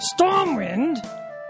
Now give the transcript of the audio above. Stormwind